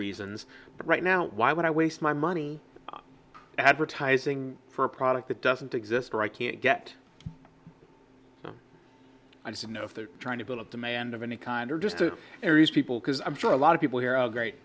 reasons right now why would i waste my money advertising for a product that doesn't exist or i can't get i don't know if they're trying to build demand of any kind or just the areas people because i'm sure a lot of people here are a great